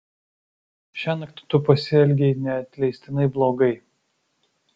šiąnakt tu pasielgei neatleistinai blogai